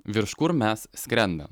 virš kur mes skrendam